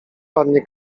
pannie